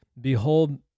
Behold